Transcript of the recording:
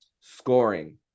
Scoring